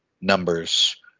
numbers